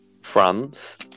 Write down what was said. France